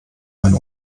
mein